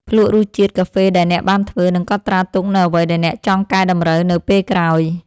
ភ្លក្សរសជាតិកាហ្វេដែលអ្នកបានធ្វើ និងកត់ត្រាទុកនូវអ្វីដែលអ្នកចង់កែតម្រូវនៅពេលក្រោយ។